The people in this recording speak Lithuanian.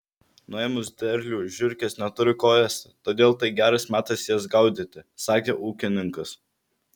nuėmus derlių žiurkės neturi ko ėsti todėl tai geras metas jas gaudyti sakė ūkininkas